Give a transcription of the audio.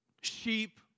sheep